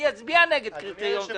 אני אצביע נגד קריטריון כזה.